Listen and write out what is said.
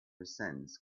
sense